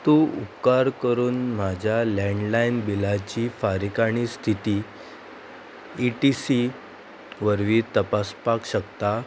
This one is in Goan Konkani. तूं उपकार करून म्हाज्या लँडलायन बिलाची फारीकणी स्थिती ई टी सी वरवीं तपासपाक शकता